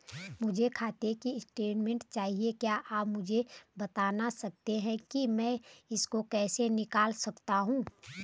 मुझे खाते की स्टेटमेंट चाहिए क्या आप मुझे बताना सकते हैं कि मैं इसको कैसे निकाल सकता हूँ?